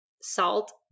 salt